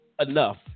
enough